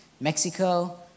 Mexico